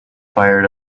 fire